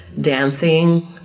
dancing